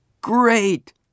Great